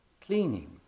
Cleaning